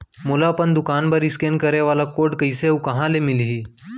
मोला अपन दुकान बर इसकेन करे वाले कोड कइसे अऊ कहाँ ले मिलही?